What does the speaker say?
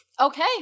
Okay